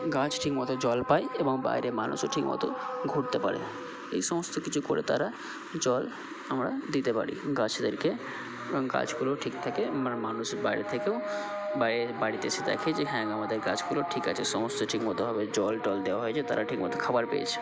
গাছ ঠিক মতো জল পায় এবং বাইরে মানুষও ঠিক মতো ঘুরতে পারে এই সমস্ত কিছু করে তারা জল আমরা দিতে পারি গাছেদেরকে এবং গাছগুলো ঠিক থাকে মানে মানুষ বাইরে থেকেও বাড়িতে এসে দেখে যে হ্যাঁ আমাদের গাছগুলো ঠিক আছে সমস্ত ঠিক মতোভাবে জল টল দেওয়া হয়েছে তারা ঠিক মতো খাওয়ার পেয়েছে